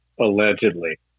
allegedly